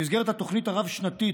במסגרת התוכנית הרב-שנתית,